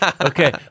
Okay